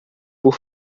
por